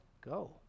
go